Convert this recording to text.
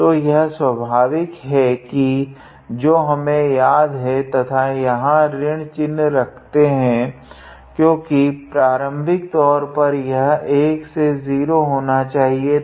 तो यह सवाभाविक है की जो हमें याद है तथा यहाँ ऋण चिन्ह रखते है क्योकि प्रारम्भिकतोर पर यह 1 से 0 होना चाहिए था